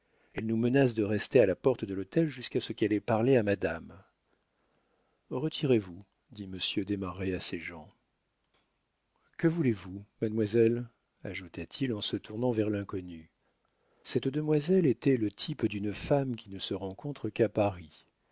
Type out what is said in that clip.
elle nous menace de rester à la porte de l'hôtel jusqu'à ce qu'elle ait parlé à madame retirez-vous dit monsieur desmarets à ses gens que voulez-vous mademoiselle ajouta-t-il en se tournant vers l'inconnue cette demoiselle était le type d'une femme qui ne se rencontre qu'à paris